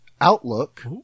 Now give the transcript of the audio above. Outlook